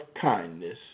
kindness